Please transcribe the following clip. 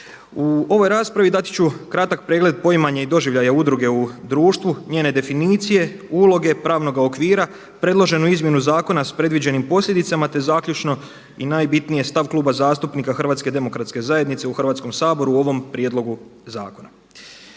U ovoj raspravi dati ću kratak pregled poimanja i doživljaja udruge u društvu, njene definicije, uloge, pravnoga okvira, predloženu izmjenu zakona s predviđenim posljedicama, te zaključno i najbitnije stav Kluba zastupnika Hrvatske demokratske zajednice u Hrvatskom saboru u ovom prijedlogu zakona.